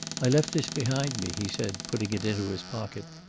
i left this behind me, he said, putting it into his pocket.